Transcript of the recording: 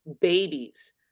babies